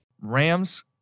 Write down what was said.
Rams